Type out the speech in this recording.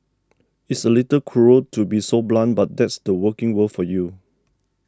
it's a little cruel to be so blunt but that's the working world for you